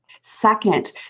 second